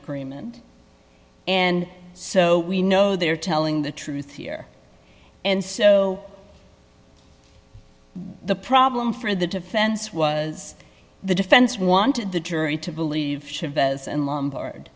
agreement and so we know they are telling the truth here and so the problem for the defense was the defense wanted the jury to believe chavez and lumb